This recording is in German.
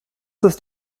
ist